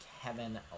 Kevin